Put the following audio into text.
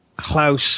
Klaus